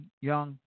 young